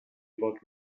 about